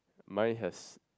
might has